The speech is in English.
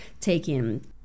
taking